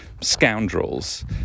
scoundrels